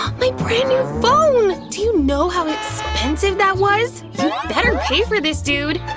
my brand new phone! do you know how expensive that was! you'd better pay for this, dude!